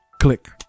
Click